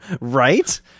Right